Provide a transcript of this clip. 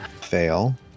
fail